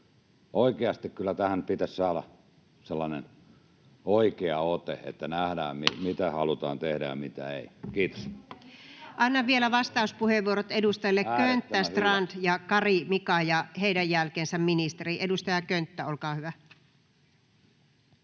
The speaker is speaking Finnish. oikea ote, että nähdään, mitä halutaan tehdä ja mitä ei. — Kiitos. Annan vielä vastauspuheenvuorot edustajille Könttä, Strand ja Mika Kari, ja heidän jälkeensä ministeri. — Edustaja Könttä, olkaa hyvä.